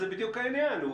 זה בדיוק העניין,